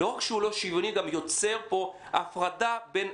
לא רק שהוא לא שוויוני אלא הוא גם יוצר פה הפרדה בין